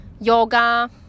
yoga